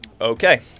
Okay